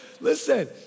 listen